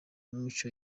n’imico